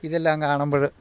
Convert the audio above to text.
ഇതെല്ലാം കാണുമ്പഴ്